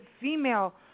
female